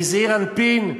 בזעיר אנפין,